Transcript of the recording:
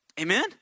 Amen